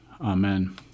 Amen